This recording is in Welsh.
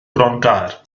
grongaer